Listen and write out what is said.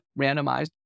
randomized